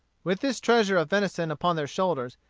with this treasure of venison upon their shoulders,